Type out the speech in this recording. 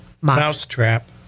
mousetrap